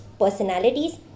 personalities